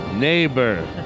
neighbor